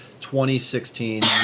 2016